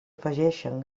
afegeixen